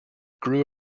grew